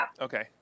Okay